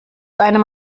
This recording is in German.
einem